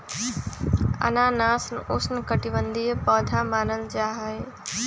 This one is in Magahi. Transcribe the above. अनानास उष्णकटिबंधीय पौधा मानल जाहई